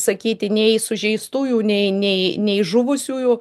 sakyti nei sužeistųjų nei nei nei žuvusiųjų